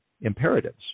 Imperatives